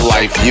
Life